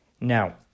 Now